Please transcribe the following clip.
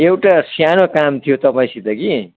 एउटा सानो काम थियो तपाईँसित कि